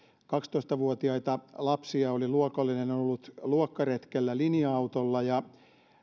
kaksitoista vuotiaita lapsia oli luokallinen ollut luokkaretkellä linja autolla ja